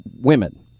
women